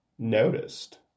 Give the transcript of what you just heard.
noticed